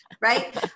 right